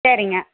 சரிங்க